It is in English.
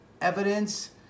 evidence